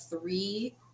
three